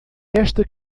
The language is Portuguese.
esta